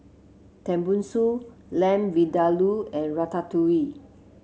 Tenmusu Lamb Vindaloo and Ratatouille